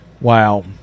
Wow